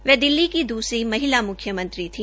वह दिल्ली की दूसरी महिला मुख्यमंत्री थी